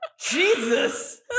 Jesus